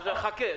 אז חכה.